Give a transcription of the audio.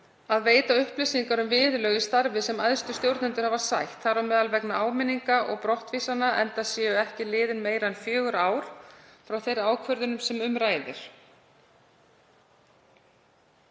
að veita upplýsingar um viðurlög í starfi sem æðstu stjórnendur hafa sætt, þar á meðal vegna áminninga og brottvísana, enda séu ekki liðin meira en fjögur ár frá þeirri ákvörðun sem um ræðir.